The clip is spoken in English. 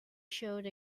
showed